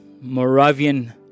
Moravian